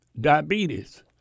diabetes